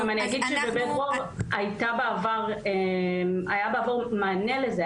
גם אני אגיד שבבית דרור היה בעבר מענה לזה,